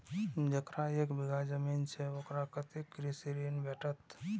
जकरा एक बिघा जमीन छै औकरा कतेक कृषि ऋण भेटत?